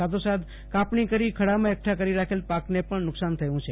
સાથોસાથ કાપણી કરી ખળાંમાં એકઠા કરી રાખેલ પાકને પણ નુક્શાન થયું છે